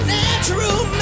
natural